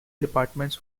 departments